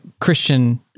Christian